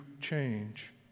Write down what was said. change